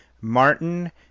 martin